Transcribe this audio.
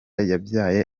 yabyaye